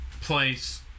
place